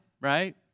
right